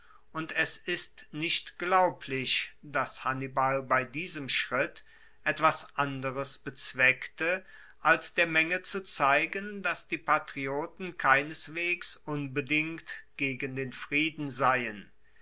und es ist nicht glaublich dass hannibal bei diesem schritt etwas anderes bezweckte als der menge zu zeigen dass die patrioten keineswegs unbedingt gegen den frieden seien